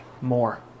more